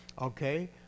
Okay